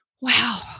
wow